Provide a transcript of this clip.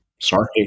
Sorry